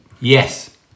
Yes